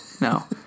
No